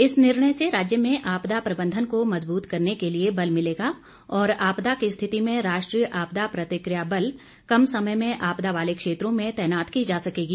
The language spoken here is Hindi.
इस निर्णय से राज्य में आपदा प्रबंधन को मजबूत करने के लिए बल मिलेगा और आपदा की स्थिति में राष्ट्रीय आपदा प्रतिकिया बल कम समय में आपदा वाले क्षेत्रों में तैनात की जा सकेगी